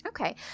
Okay